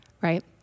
Right